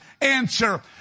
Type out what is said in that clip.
answer